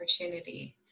opportunity